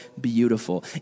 beautiful